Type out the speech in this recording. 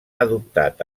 adoptat